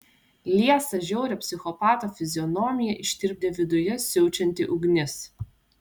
liesą žiaurią psichopato fizionomiją ištirpdė viduje siaučianti ugnis